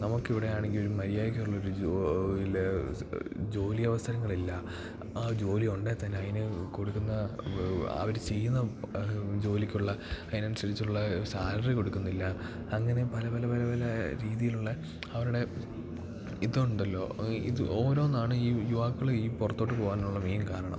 നമുക്കിവിടെയാണെങ്കിൽ ഒരു മര്യാദയ്ക്ക് ഉള്ള ജോലി ജോലി അവസരങ്ങളില്ല ആ ജോലി ഉണ്ടേൽ തന്നെ അതിന് കൊടുക്കുന്ന അവര് ചെയ്യുന്ന ജോലിക്കുള്ള അണിനനുസരിച്ചുള്ള സാലറി കൊടുക്കുന്നില്ല അങ്ങനെ പല പല പല പല രീതിയിലുള്ള അവരുടെ ഇതുണ്ടല്ലോ ഇത് ഓരോന്നാണ് ഈ യുവാക്കള് ഈ പുറത്തോട്ട് പോകാനുള്ള മെയിൻ കാരണം